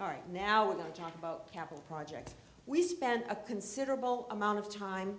right now and talk about capital projects we spent a considerable amount of time